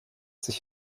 sich